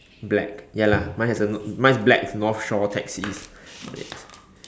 black ya lah mine has a nor~ mine is black with North Shore taxis on it